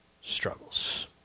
struggles